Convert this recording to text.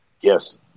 yes